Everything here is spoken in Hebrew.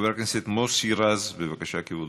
חבר הכנסת מוסי רז, בבקשה, כבודו.